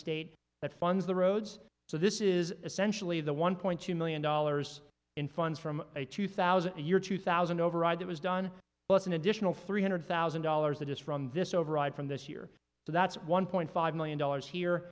state that funds the roads so this is essentially the one point two million dollars in funds from a two thousand a year two thousand override that was done plus an additional three hundred thousand dollars that is from this override from this year so that's one point five million dollars here